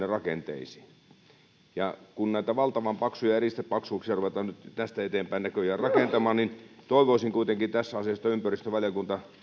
rakenteisiin kun näitä valtavan paksuja eristepaksuuksia ruvetaan nyt tästä eteenpäin näköjään rakentamaan niin toivoisin kuitenkin tässä asiassa että ympäristövaliokunta